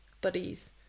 buddies